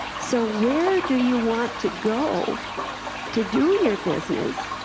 so where do you want to go to do your business?